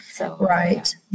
Right